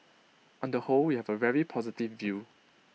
on the whole we have A very positive view